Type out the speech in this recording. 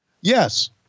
Yes